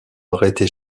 arrêter